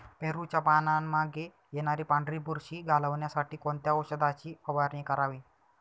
पेरूच्या पानांमागे येणारी पांढरी बुरशी घालवण्यासाठी कोणत्या औषधाची फवारणी करावी?